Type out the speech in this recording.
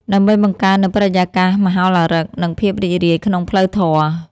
ដើម្បីបង្កើននូវបរិយាកាសមហោឡារិក និងភាពរីករាយក្នុងផ្លូវធម៌។